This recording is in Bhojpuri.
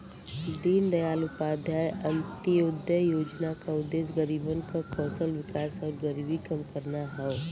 दीनदयाल उपाध्याय अंत्योदय योजना क उद्देश्य गरीबन क कौशल विकास आउर गरीबी कम करना हौ